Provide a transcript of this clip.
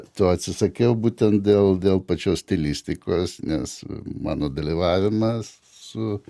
to atsisakiau būtent dėl dėl pačios stilistikos nes mano dalyvavimas su